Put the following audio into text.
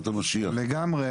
לגמרי.